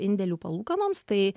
indėlių palūkanoms tai